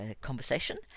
conversation